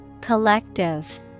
Collective